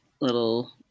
little